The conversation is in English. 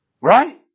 Right